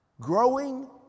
Growing